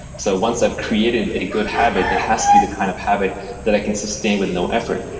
so once i've created a good habit, it has to be the kind of habit that i can sustain with no effort.